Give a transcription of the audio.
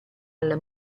alla